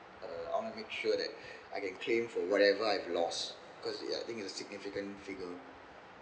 uh I want to make sure that I can claim for whatever I've lost because I think it's a significant figure